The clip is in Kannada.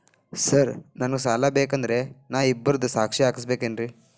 ಸರ್ ನನಗೆ ಸಾಲ ಬೇಕಂದ್ರೆ ನಾನು ಇಬ್ಬರದು ಸಾಕ್ಷಿ ಹಾಕಸಬೇಕೇನ್ರಿ?